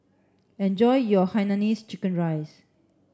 enjoy your Hainanese chicken rice